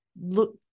look